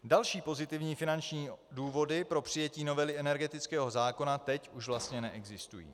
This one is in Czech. Další pozitivní finanční důvody pro přijetí novely energetického zákona teď už vlastně neexistují.